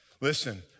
Listen